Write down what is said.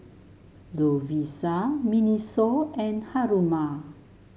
Lovisa Miniso and Haruma